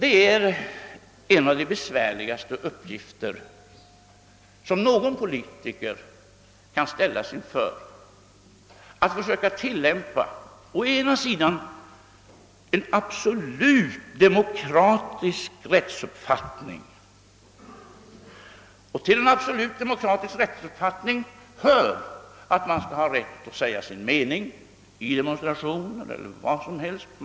En av de besvärligaste uppgifter en politiker kan ställas inför är att försöka tillämpa å ena sidan en absolut demokratisk rättsuppfattning — och hit hör rätten att säga sin mening, vid demonstrationer eller i vilket annat sammanhang som helst.